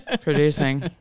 producing